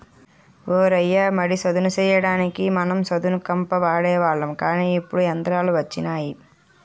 ఓ రయ్య మడి సదును చెయ్యడానికి మనం సదును కంప వాడేవాళ్ళం కానీ ఇప్పుడు యంత్రాలు వచ్చినాయి